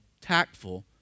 tactful